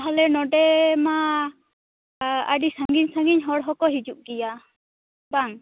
ᱛᱟᱦᱚᱞᱮ ᱱᱚᱸᱰᱮ ᱢᱟ ᱟᱹᱰᱤ ᱥᱟᱸᱜᱤᱧ ᱥᱟᱸᱜᱤᱧ ᱦᱚᱲ ᱦᱚᱠᱚ ᱦᱤᱡᱩᱜ ᱜᱮᱭᱟ ᱵᱟᱝ